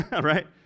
Right